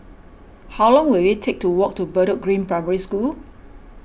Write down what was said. how long will it take to walk to Bedok Green Primary School